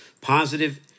positive